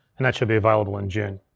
and that should be available in june.